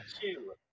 two